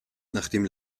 nachdem